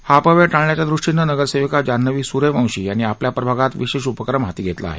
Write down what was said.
हा अपव्यय टाळण्याच्या दृष्टीनं नगरसेविका जान्हवी सुर्यवंशी यांनी आपल्या प्रभागात विशेष उपक्रम हाती घेतला आहे